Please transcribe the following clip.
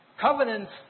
Covenants